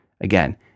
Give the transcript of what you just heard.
Again